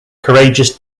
courageous